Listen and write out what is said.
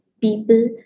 people